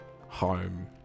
home